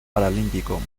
paralímpico